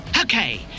Okay